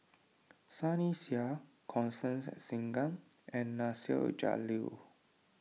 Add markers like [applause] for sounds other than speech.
Sunny Sia Constance Singam [noise] and Nasir Jalil